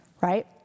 right